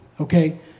okay